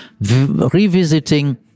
revisiting